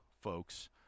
folks